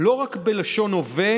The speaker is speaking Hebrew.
לא רק בלשון הווה,